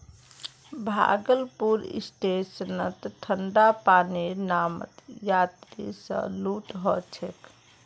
भागलपुर स्टेशनत ठंडा पानीर नामत यात्रि स लूट ह छेक